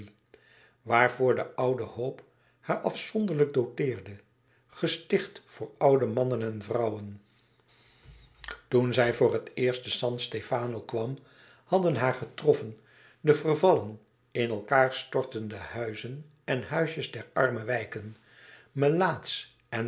waarvoor de oude hope haar afzonderlijk doteerde gesticht voor oude mannen en vrouwen toen zij voor het eerst te san stefano kwam hadden haar getroffen de vervallen in elkaâr stortende huizen en huisjes der arme wijken melaatsch en